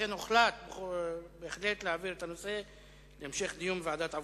לכן הוחלט בהחלט להעביר את הנושא להמשך דיון בוועדת העבודה,